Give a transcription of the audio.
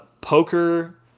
poker